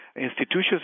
institutions